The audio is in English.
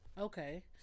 okay